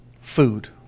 food